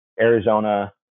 Arizona